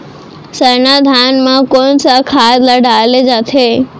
सरना धान म कोन सा खाद ला डाले जाथे?